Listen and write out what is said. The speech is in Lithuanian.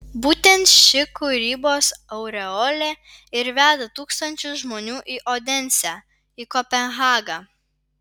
būtent ši kūrybos aureolė ir veda tūkstančius žmonių į odensę į kopenhagą